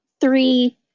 three